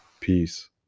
peace